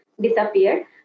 disappeared